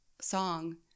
song